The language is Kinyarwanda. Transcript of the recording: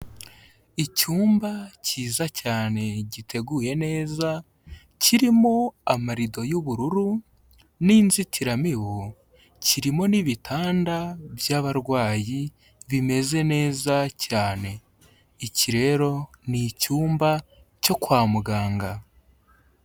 Icyumba kiza cyane giteguye neza, kirimo amarido y'ubururu n'inzitiramibu, kirimo n'ibitanda by'abarwayi bimeze neza cyane, iki rero ni icyumba cyo kwa muganga.